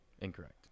Incorrect